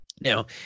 Now